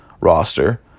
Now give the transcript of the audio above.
roster